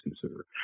consider